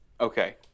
Okay